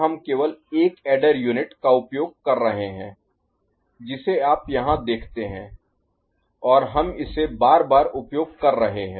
यहां हम केवल एक ऐडर यूनिट Unit इकाई का उपयोग कर रहे हैं जिसे आप यहाँ देखते हैं और हम इसे बार बार उपयोग कर रहे हैं